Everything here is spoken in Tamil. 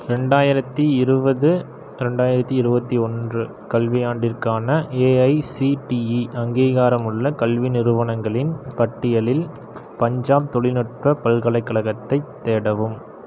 ரெண்டாயிரத்தி இருபது ரெண்டாயிரத்தி இருபத்தி ஒன்று கல்வியாண்டிற்கான ஏஐசிடிஇ அங்கீகாரமுள்ள கல்வி நிறுவனங்களின் பட்டியலில் பஞ்சாப் தொழில்நுட்ப பல்கலைக்கழகத்தைத் தேடவும்